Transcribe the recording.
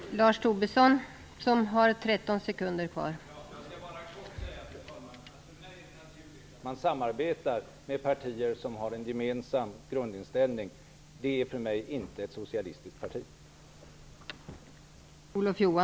Fru talman! Jag skall bara kort säga att det för mig är naturligt att man samarbetar med partier som har en gemensam grundinställning. För oss kommer då inte ett socialistiskt parti i fråga.